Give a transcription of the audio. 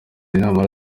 namara